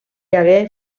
hagué